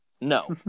no